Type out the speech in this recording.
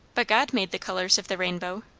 but god made the colours of the rainbow,